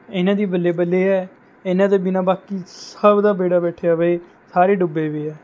ਇਹਨਾਂ ਦੀ ਬੱਲੇ ਬੱਲੇ ਐ ਇਹਨਾਂ ਦੇ ਬਿਨ੍ਹਾਂ ਬਾਕੀ ਸਭ ਦਾ ਵੇੜਾ ਬੈਠਿਆ ਵਾ ਏ ਸਾਰੇ ਡੁੱਬੇ ਵੇ ਆ